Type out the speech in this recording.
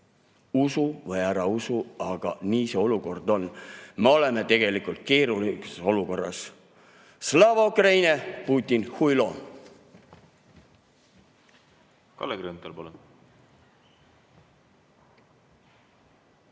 Usu või ära usu, aga nii see olukord on. Me oleme tegelikult keerulises olukorras. Slava Ukraini! Putin –huilo. Kalle Grünthal,